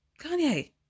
Kanye